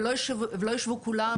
והם לא יישבו כולם